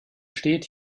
steht